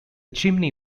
chimney